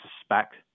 suspect